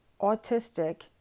autistic